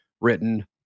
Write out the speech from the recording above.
written